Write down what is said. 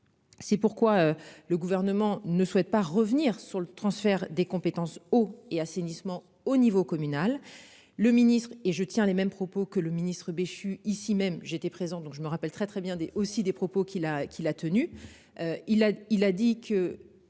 C'est pourquoi le gouvernement ne souhaite pas revenir sur le transfert des compétences eau et assainissement au niveau communal, le ministre et je tient les mêmes propos que le ministre-Béchu ici même, j'étais présent donc je me rappelle très très bien des aussi des propos qu'il a qu'il a tenue.